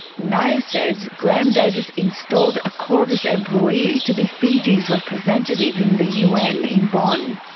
nair says graham davis installed a qorvis employee to be fiji's representative in the un in bonn.